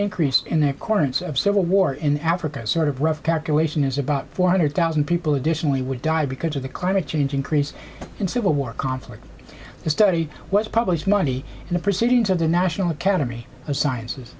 increase in accordance of civil war in africa a sort of rough calculation is about four hundred thousand people additionally would die because of the climate change increase in civil war conflict the study was published monday in the proceedings of the national academy of sciences